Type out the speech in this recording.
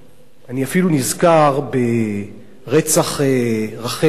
אני אפילו נזכר ברצח רחל הלר,